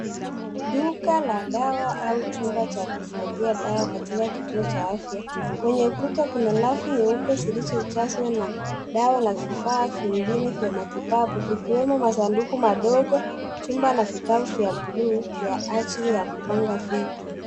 Duka la dawa au chumba cha kuhifadhia dawa katika kituo cha afya. Kwenye kuta kuna rafu nyeupe zilizojazwa na dawa na vifaa vingine vya matibabu vikiwemo masanduku madogo ,chumba na vitabu vya bluu ya ajili ya kupanga vitu.